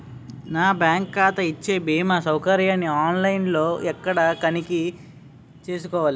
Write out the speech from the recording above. నా బ్యాంకు ఖాతా ఇచ్చే భీమా సౌకర్యాన్ని ఆన్ లైన్ లో ఎక్కడ తనిఖీ చేసుకోవాలి?